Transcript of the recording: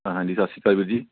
ਹਾਂਜੀ ਸਤਿ ਸ਼੍ਰੀ ਅਕਾਲ ਵੀਰ ਜੀ